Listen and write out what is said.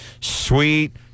Sweet